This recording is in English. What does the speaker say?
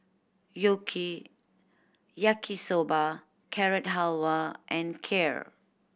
Yaki Soba Carrot Halwa and Kheer